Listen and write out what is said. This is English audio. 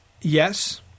Yes